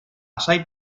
assai